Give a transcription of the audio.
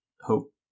hope